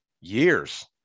years